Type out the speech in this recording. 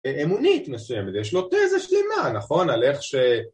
אמונית מסוימת, יש לו תזה שלמה נכון על איך ש